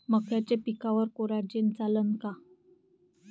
मक्याच्या पिकावर कोराजेन चालन का?